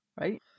Right